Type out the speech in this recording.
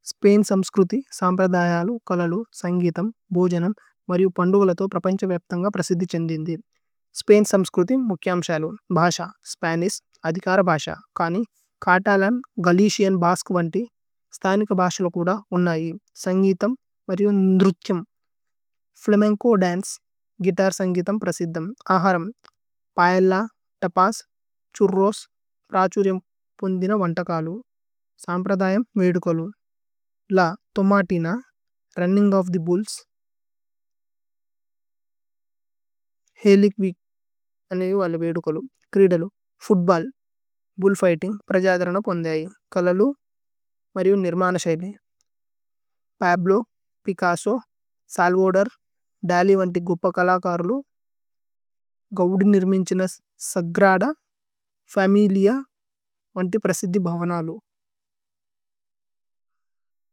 സ്പേന് സമ്സ്ക്രുതി സമ്പ്രദയലു കലലു സന്ഗിഥമ്। ബോജനമ് മരിഉ പന്ദുവല തോ പ്രപന്ഛ വേപ്ഥന്ഗ। പ്രസിദ്ധിഛേന്ദി ഇന്ദി സ്പേന് സമ്സ്ക്രുതി മുഖ്യമ്ശലു। ബഹശ, സ്പനിശ്, അധികര ബഹശ, കനി, കതലന്। ഗല്ലേസിഅന് ബസ്ക്വന്തി സ്ഥനിക ബഹശ ലുകുദ। ഉന്ന ഹി സന്ഗിഥമ്, മരിഉ, ന്ധുര്ഛമ്, ഫ്ലമേന്ചോ। ദന്ചേ, ഗുഇതര്, സന്ഗിഥമ്, പ്രസിദ്ധമ്, അഹരമ്। പഏല്ല, തപസ്, ഛുര്രോസ്, രഛുരിഅമ്, പോന്ദിന। വന്തകലു, സമ്പ്രദയമ്, വേദുകലു ല തോമതിന। രുന്നിന്ഗ് ഓഫ് ഥേ ബുല്ല്സ് ഹേലിച് വീക് അനേയ് വല। വേദുകലു ച്രീദലു, ഫൂത്ബല്ല്, ബുല്ല്ഫിഘ്തിന്ഗ്। പ്രജധരന പോന്ദേയയു കലലു മരിഉ നിര്മന്। ശേഘി പബ്ലോ പികസോ സല്വോദേര് ദലി വന്തി ഗുപ്പ। കലകര്ലു ഗൌദി നിര്മിന്ശിന സഗ്രദ। ഫമിലിഅ വന്തി പ്രസിദ്ധി ഭവനലു।